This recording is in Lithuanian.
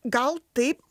gal taip